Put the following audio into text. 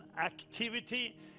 activity